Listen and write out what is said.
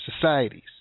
societies